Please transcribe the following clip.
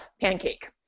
pancake